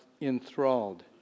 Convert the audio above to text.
enthralled